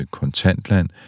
kontantland